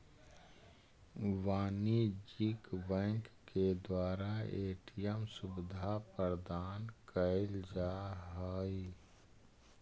वाणिज्यिक बैंक के द्वारा ए.टी.एम सुविधा प्रदान कैल जा हइ